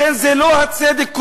לכן זה לא הצדק כולו,